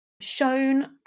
shown